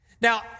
Now